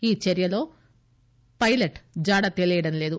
ఈ చర్యలో పైలెట్ జాడ తెలియడం లేదు